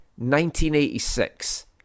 1986